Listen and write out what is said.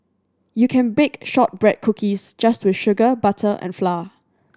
you can bake shortbread cookies just with sugar butter and flour